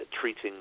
treating